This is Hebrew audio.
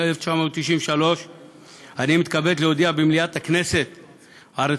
אנחנו עוברים לנושא הבא: הודעת ועדת